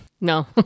No